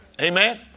Amen